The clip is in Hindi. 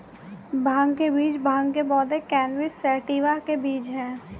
भांग के बीज भांग के पौधे, कैनबिस सैटिवा के बीज हैं